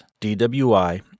DWI